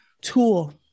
tool